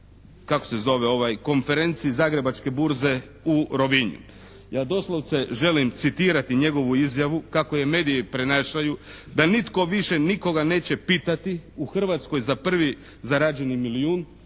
kako se zove ovaj, Konferenciji Zagrebačke burze u Rovinju. Ja doslovce želim citirati njegovu izjavu kako je mediji prenašaju, da nitko više nikoga neće pitati u Hrvatskoj za prvi zarađeni milijun,